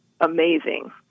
amazing